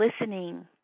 listening